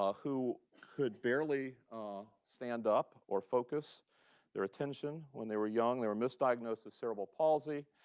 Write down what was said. ah who could barely stand up or focus their attention when they were young. they were misdiagnosed as cerebral palsy.